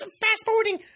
fast-forwarding